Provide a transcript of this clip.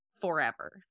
forever